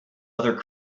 other